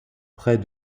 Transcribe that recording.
près